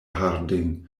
harding